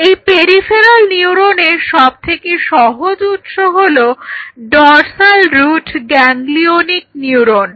এই পেরিফেরাল নিউরোনের সবথেকে সহজ উৎস হলো ডর্সাল রুট গ্যাংগ্লিওনিক নিউরন